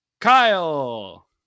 Kyle